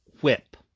whip